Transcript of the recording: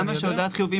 למה שהודעת חיוב,